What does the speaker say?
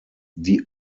die